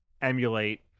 emulate